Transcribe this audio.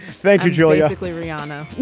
thank you, julia riana.